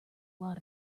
lot